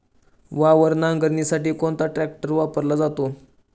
वावर नांगरणीसाठी कोणता ट्रॅक्टर वापरला जातो?